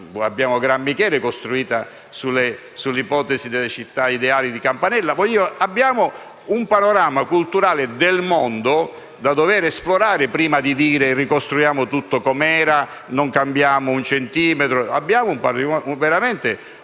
abbiamo Grammichele, costruita sull'ipotesi delle città ideali di Campanella. Abbiamo un panorama culturale del mondo da dover esplorare prima di dire: ricostruiamo tutto com'era, non cambiamo un centimetro. Abbiamo veramente